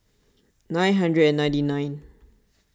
nine hundred and ninety nine